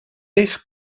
eich